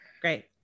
great